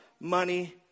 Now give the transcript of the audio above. money